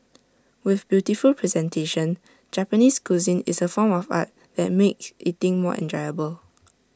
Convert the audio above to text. with beautiful presentation Japanese cuisine is A form of art that make eating more enjoyable